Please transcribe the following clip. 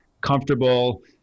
comfortable